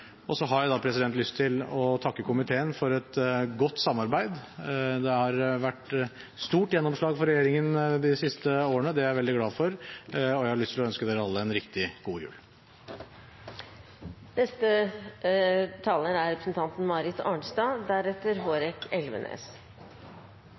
Så har jeg lyst til å takke komiteen for godt samarbeid. Det har vært stort gjennomslag for regjeringen de siste årene. Det er jeg veldig glad for, og jeg har lyst til å ønske dere alle en riktig god jul. Det som får meg til å ta ordet, er at representanten